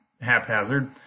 haphazard